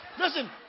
Listen